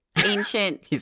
ancient